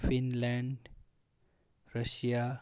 Finland Russia